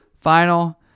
final